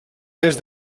més